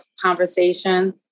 conversation